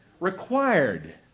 required